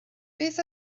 beth